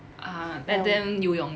ah let them 游泳